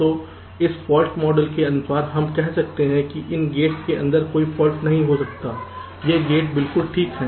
तो इस fault model के अनुसार हम कह रहे हैं कि इन गेट्स के अंदर कोई फाल्ट नहीं हो सकता है ये गेट बिल्कुल ठीक हैं